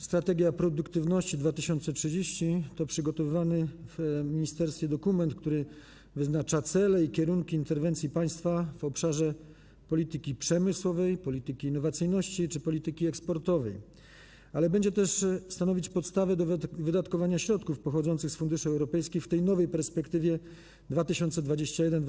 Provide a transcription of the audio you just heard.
Strategia Produktywności 2030 to przygotowywany w ministerstwie dokument, który wyznacza cele i kierunki interwencji państwa w obszarze polityki przemysłowej, polityki innowacyjności czy polityki eksportowej, ale będzie też stanowić podstawę do wydatkowania środków pochodzących z funduszy europejskich w tej nowej perspektywie, 2021–2027.